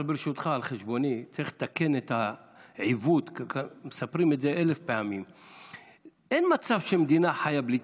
וזה ראש ממשלה עם אפס תמיכה ציבורית,